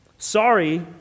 Sorry